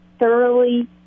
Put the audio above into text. thoroughly